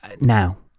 now